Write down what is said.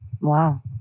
Wow